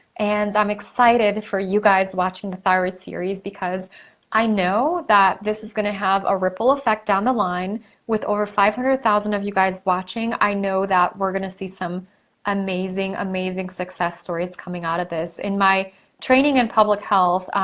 and i'm excited for you guys watching the thyroid series because i know that this is gonna have a ripple effect down the line with over five hundred thousand of you guys watching i know that we're gonna see some amazing, amazing, success stories coming out of this. in my training in public health,